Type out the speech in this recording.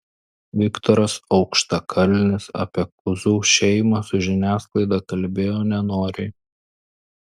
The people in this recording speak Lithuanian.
viktoras aukštakalnis apie kuzų šeimą su žiniasklaida kalbėjo nenoriai